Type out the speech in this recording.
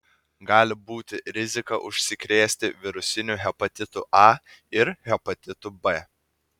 gali būti rizika užsikrėsti virusiniu hepatitu a ir hepatitu b